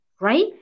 right